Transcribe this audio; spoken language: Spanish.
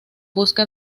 busca